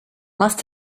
must